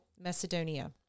Macedonia